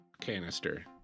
canister